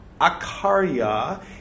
Akarya